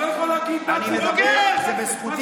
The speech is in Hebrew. עכשיו, אני אומר שוב,